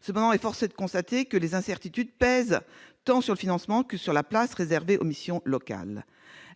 Cependant, force est de constater que les incertitudes pèsent tant sur le financement que sur la place réservée aux missions locales.